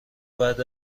بعد